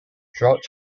throughout